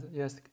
yes